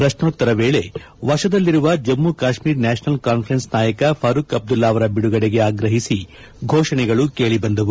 ಪ್ರಶ್ಯೋತರ ವೇಳೆ ವಶದಲ್ಲಿರುವ Jammu Kashmir National Conference ನಾಯಕ ಫಾರೂಬ್ ಅಬ್ಲುಲ್ಲಾ ಅವರ ಬಿಡುಗಡೆಗೆ ಆಗ್ರಹಿಸಿ ಫೋಷಣೆಗಳು ಕೇಳಿ ಬಂದವು